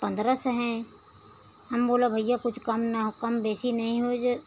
पन्द्रह सौ हैं हम बोलो भईया कुछ कम न कम बेसी नहीं होई जा